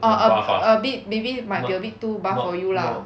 ah a a bit maybe might be a bit too buff for you lah